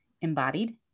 embodied